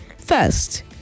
first